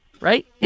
right